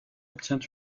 obtient